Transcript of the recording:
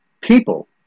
people